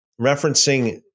referencing